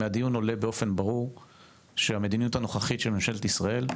מהדיון עולה באופן ברור שהמדיניות הנוכחית של ממשלת ישראל,